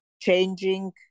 changing